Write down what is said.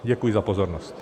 Děkuji za pozornost.